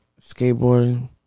Skateboarding